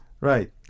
Right